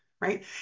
right